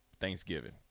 Thanksgiving